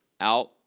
out